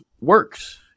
works